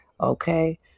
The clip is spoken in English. okay